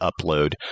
upload